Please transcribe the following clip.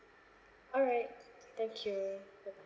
alright thank you bye bye